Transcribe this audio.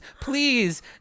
Please